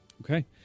Okay